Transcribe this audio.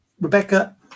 Rebecca